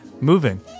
Moving